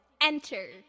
enter